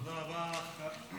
תודה רבה.